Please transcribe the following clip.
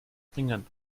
bringen